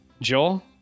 joel